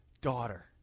Daughter